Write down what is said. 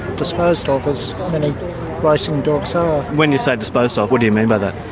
disposed of, as many racing dogs are. when you say disposed of, what do you mean by that?